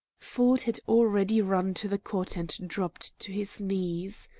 ford had already run to the cot and dropped to his knees.